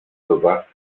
bewacht